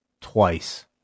twice